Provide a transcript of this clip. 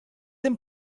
then